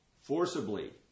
forcibly